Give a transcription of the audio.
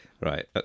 Right